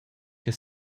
che